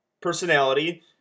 personality